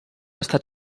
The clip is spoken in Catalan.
estat